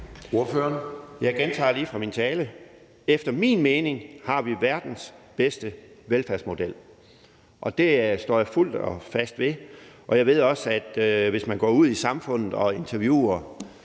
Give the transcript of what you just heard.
Jeg gentager lige fra min tale: »Efter min mening har vi verdens bedste velfærdsmodel.« Og det står jeg fuldstændig ved. Jeg ved også, at hvis man går ud i samfundet og interviewer